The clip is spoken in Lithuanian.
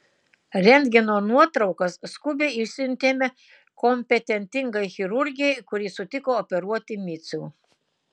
rentgeno nuotraukas skubiai išsiuntėme kompetentingai chirurgei kuri sutiko operuoti micių